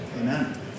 Amen